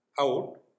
out